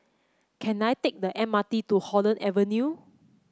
can I take the M R T to Holland Avenue